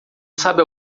sabe